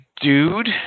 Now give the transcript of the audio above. dude